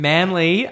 Manly